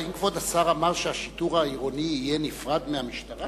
האם כבוד השר אמר שהשיטור העירוני יהיה נפרד מהמשטרה?